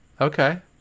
Okay